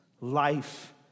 life